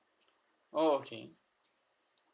oh okay